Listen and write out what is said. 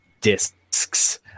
discs